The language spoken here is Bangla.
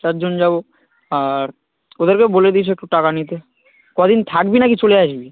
চারজন যাবো আর ওদেরকেও বলে দিস একটু টাকা নিতে কদিন থাকবি নাকি চলে আসবি